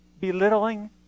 belittling